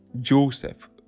Joseph